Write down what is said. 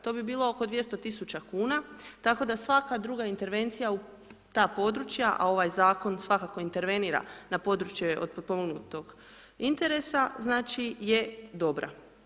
To bi bilo oko 200 tisuća kuna tako da svaka druga intervencija u ta područja, a ovaj zakon svakako intervenira na područje od potpomognutog interesa znači je dobra.